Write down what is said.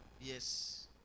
Yes